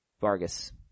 Vargas